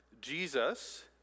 Jesus